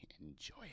enjoy